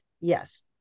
Yes